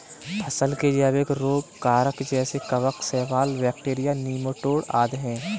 फसल के जैविक रोग कारक जैसे कवक, शैवाल, बैक्टीरिया, नीमाटोड आदि है